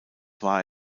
war